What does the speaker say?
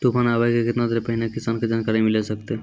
तूफान आबय के केतना देर पहिले किसान के जानकारी मिले सकते?